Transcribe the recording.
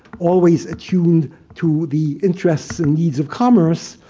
always attuned to the interests and needs of commerce,